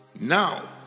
Now